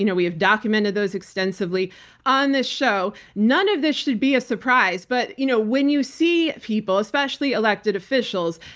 you know we have documented those extensively on the show. none of this should be a surprise. but you know when you see people, especially elected officials,